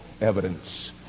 evidence